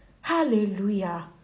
Hallelujah